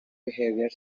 behaviour